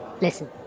Listen